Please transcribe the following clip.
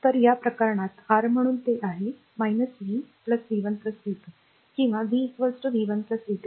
तर या प्रकरणात r म्हणून ते आहे v v 1 v 2 किंवा v v 1 v 2